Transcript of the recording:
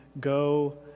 go